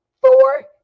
Four